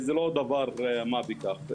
זה לא דבר של מה בכך.